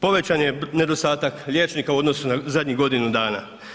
Povećan je nedostatak liječnika u odnosu na zadnjih godinu dana.